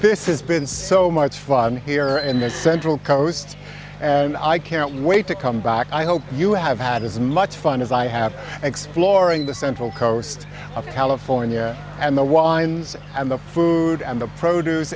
this has been so much fun here in the central coast and i can't wait to come back i hope you have had as much fun as i have exploring the central coast of california and the wines and the food and the produce